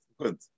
good